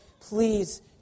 please